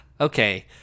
okay